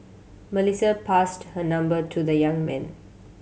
Melissa passed her number to the young man